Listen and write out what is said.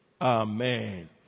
Amen